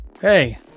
Hey